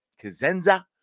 Kazenza